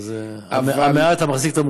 אז זה המעט המחזיק את המרובה.